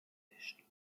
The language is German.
indischen